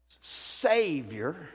savior